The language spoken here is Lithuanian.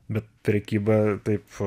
bet prekyba taip